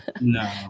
no